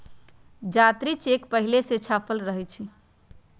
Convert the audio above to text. जात्री चेक पहिले से छापल रहै छइ